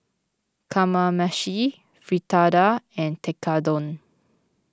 Kamameshi Fritada and Tekkadon